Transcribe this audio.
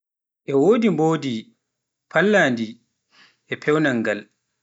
mbodu, pallandi, paawngal